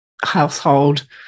household